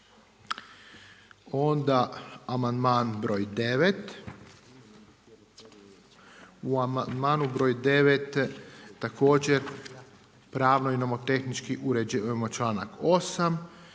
Onda amandman broj 9. U amandmanu broj 9. također pravno i nomotehnički uređujemo članak 8.